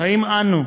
האם אנו,